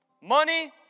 Money